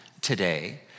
today